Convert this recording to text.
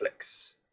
Netflix